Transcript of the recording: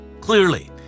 Clearly